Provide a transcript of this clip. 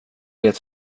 det